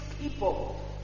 people